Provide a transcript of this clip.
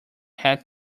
had